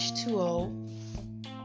H2O